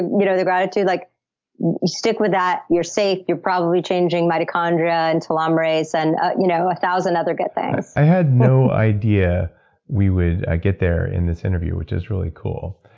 you know the gratitude, like stick with that. you're safe. you're probably changing mitochondria and telomerase and you know a thousand other good things. i had no idea we would get there in this interview, which is really cool.